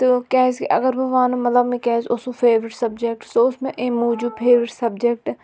تہٕ کِیازِ کہِ اَگر بہٕ وَنہٕ مَطلَب مےٚ کِیازِ اوس سُہ فیورِٹ سَبجکٹہٕ سُہ اوس مےٚ امہِ موجوٗب فیورِٹ سَبجکٹہٕ